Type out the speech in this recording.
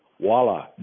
Voila